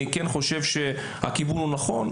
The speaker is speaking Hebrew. אני חושב שהכיוון הוא נכון.